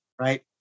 right